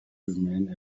remain